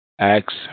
Acts